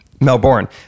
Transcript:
Melbourne